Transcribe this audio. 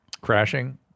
crashing